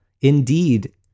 indeed